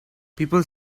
people